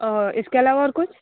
इसके अलावा और कुछ